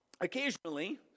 Occasionally